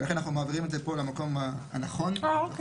ולכן אנחנו מעבירים את זה פה למקום הנכון בחוק.